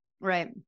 Right